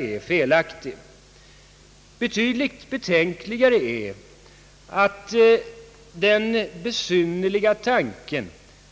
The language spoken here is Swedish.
Ännu betänkligare är att den besynnerliga tanken